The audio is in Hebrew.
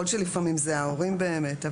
יכול להיות שלפעמים זה ההורים באמת.